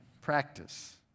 practice